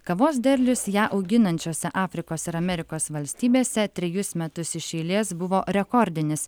kavos derlius ją auginančiose afrikos ir amerikos valstybėse trejus metus iš eilės buvo rekordinis